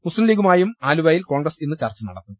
മുസ്തീം ലീഗുമായും ആലുവായിൽ കോൺഗ്രസ് ഇന്ന് ചർച്ച നടത്തും